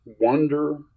wonder